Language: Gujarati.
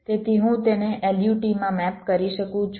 તેથી હું તેને LUT માં મેપ કરી શકું છું